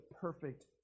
perfect